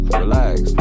relax